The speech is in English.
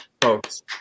Folks